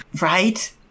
Right